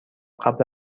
قبل